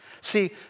See